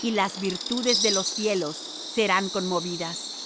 y las virtudes de los cielos serán conmovidas